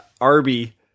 Arby